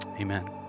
amen